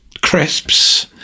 crisps